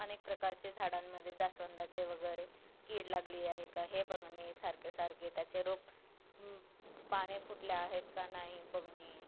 अनेक प्रकारचे झाडांमध्ये जास्वंदाचे वगैरे कीड लागले आहे का हे बघणे सारखे सारखे त्याचे रोप पाने फुटल्या आहेत का नाही हे बघणे